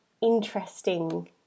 interesting